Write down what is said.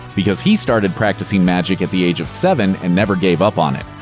because he started practicing magic at the age of seven and never gave up on it.